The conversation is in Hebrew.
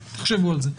תחשבו על זה.